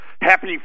happy